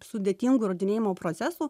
sudėtingų įrodinėjimo procesų